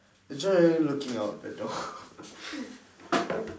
you try looking out the door